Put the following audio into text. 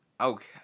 Okay